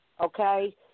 okay